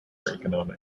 economics